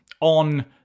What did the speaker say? on